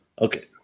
Okay